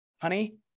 honey